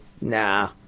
nah